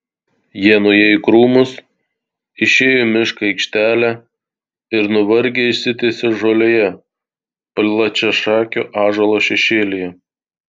jie nuėjo į krūmus išėjo į miško aikštelę ir nuvargę išsitiesė žolėje plačiašakio ąžuolo šešėlyje